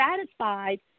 satisfied